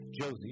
Josie